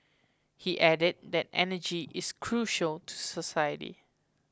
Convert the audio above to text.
he added that energy is crucial to society